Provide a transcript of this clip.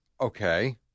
Okay